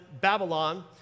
Babylon